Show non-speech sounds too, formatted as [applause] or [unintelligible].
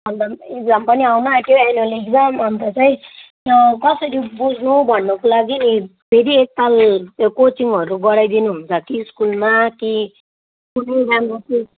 अन्त एक्जाम पनि आउनु आँट्यो एन्युल एक्जाम अन्त चाहिँ त्यो कसरी बुज्नु भन्नुको लागि नि फेरि एकताल त्यो कोचिङहरू गराइदिनु हुन्छ कि स्कुलमा कि [unintelligible]